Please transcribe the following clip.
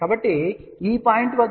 కాబట్టి ఈ పాయింట్ వద్ద మనం j 0